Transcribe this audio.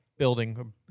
building